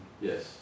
Yes